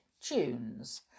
tunes